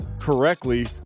correctly